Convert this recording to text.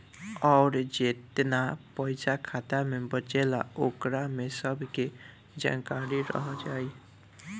अउर जेतना पइसा खाता मे बचेला ओकरा में सब के जानकारी रह जाइ